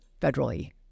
federally